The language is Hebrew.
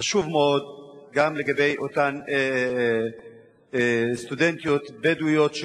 חשוב מאוד גם לאותן סטודנטיות בדואיות,